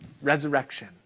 resurrection